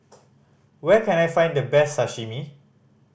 where can I find the best Sashimi